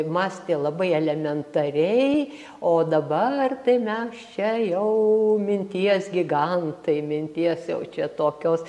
mąstė labai elementariai o dabar tai mes čia jau minties gigantai minties jau čia tokios